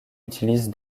utilise